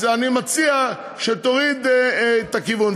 אז אני מציע שתוריד, את הכיוון.